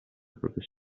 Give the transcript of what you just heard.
proprio